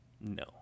No